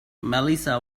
melissa